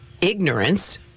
ignorance